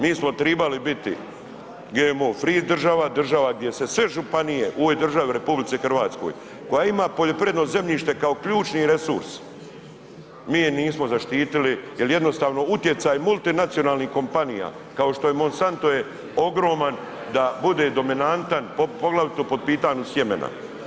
Mi smo tribali biti GMO free država, država gdje se sve županije u ovoj državi RH koja ima poljoprivredno zemljište kao ključni resurs, mi je nismo zaštitili jel jednostavno utjecaj multinacionalnih kompanija, kao što je Monsanto je ogroman da bude dominantan, poglavito po pitanju sjemena.